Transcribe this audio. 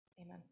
Amen